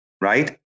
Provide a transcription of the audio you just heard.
right